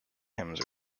hymns